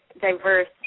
diverse